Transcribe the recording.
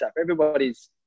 everybody's